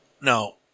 No